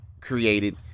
created